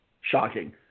shocking